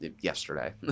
yesterday